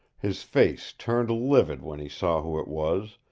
his face turned livid when he saw who it was,